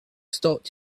start